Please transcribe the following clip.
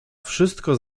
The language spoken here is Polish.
wszystko